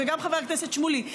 וגם חבר הכנסת שמולי,